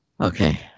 Okay